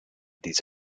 these